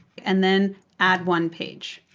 and then add one page.